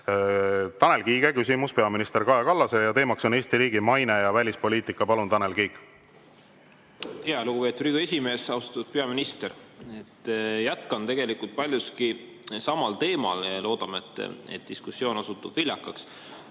Tanel Kiige küsimus peaminister Kaja Kallasele ja teema on Eesti riigi maine ja välispoliitika. Palun, Tanel Kiik! Lugupeetud Riigikogu esimees! Austatud peaminister! Jätkan tegelikult paljuski samal teemal ja loodame, et diskussioon osutub viljakaks.